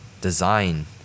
design